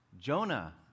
Jonah